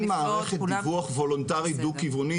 אין מערכת דיווח וולונטרית דו-כיוונית